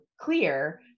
clear